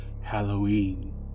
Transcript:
Halloween